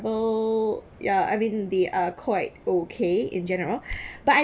well yeah I mean they are quite okay in general but I